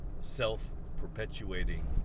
self-perpetuating